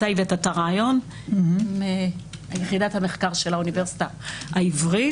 שהבאת את הרעיון עם יחידת המחקר של האוניברסיטה העברית